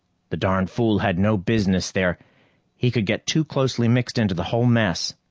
the darned fool had no business there he could get too closely mixed into the whole mess.